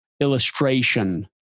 illustration